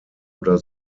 oder